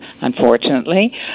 Unfortunately